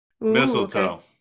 Mistletoe